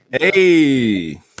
Hey